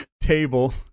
table